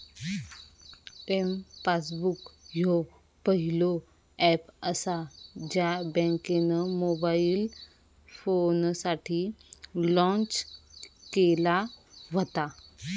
M passbook ह्यो पहिलो app असा ज्या बँकेन मोबाईल फोनसाठी लॉन्च केला व्हता